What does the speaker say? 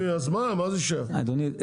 אדוני,